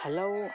ಹಲವು